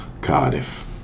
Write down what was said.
Cardiff